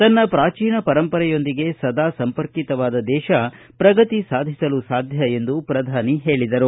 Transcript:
ತನ್ನ ಪೂಚೀನ ಪರಂಪರೆಯೊಂದಿಗೆ ಸದಾ ಸಂಪರ್ಕಿತವಾದ ದೇಶ ಪ್ರಗತಿ ಸಾಧಿಸಲು ಸಾಧ್ಯ ಎಂದು ಪ್ರಧಾನಿ ಹೇಳಿದರು